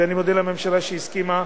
ואני מודה לממשלה שהסכימה,